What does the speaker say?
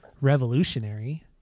revolutionary